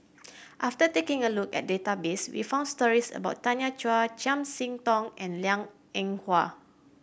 after taking a look at the database we found stories about Tanya Chua Chiam See Tong and Liang Eng Hwa